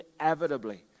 inevitably